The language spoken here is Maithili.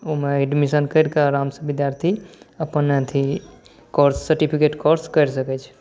ओहिमे एडमिशन करिकऽ आरामसँ विद्यार्थी अपन अथी कोर्स सर्टिफिकेट कोर्स करि सकै छै